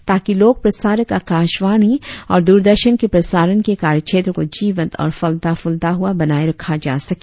ताकि लोक प्रसारक आकाशवाणी और दूरदर्शन के प्रसारण के कार्यक्षेत्र को जीवंत और फलता फूलता हुआ बनाए रखा जा सके